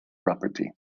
property